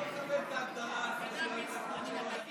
אני לא מקבל את ההגדרה שהוא הכי אותנטי.